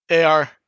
AR